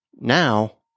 now